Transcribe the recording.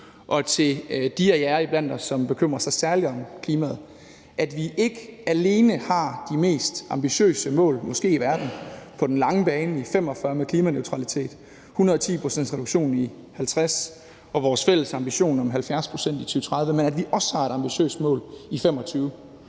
og til de af jer iblandt os, som bekymrer sig særlig om klimaet, er, at vi ikke alene har de mest ambitiøse mål, måske i verden, på den lange bane i 2045 med klimaneutralitet, 110 pct.s reduktion i 2050 og vores fælles ambition om 70 pct. i 2030, men at vi også har et ambitiøst mål i 2025,